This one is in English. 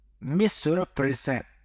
misrepresent